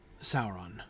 Sauron